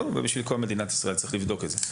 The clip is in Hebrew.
ובשביל כל מדינת ישראל צריך לבדוק את זה.